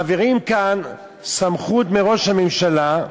מעבירים כאן סמכות מראש הממשלה,